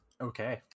Okay